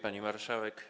Pani Marszałek!